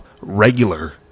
regular